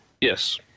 Yes